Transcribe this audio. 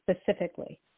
specifically